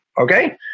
Okay